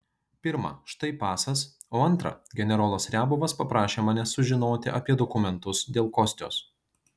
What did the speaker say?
pirma štai pasas o antra generolas riabovas paprašė manęs sužinoti apie dokumentus dėl kostios